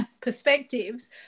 perspectives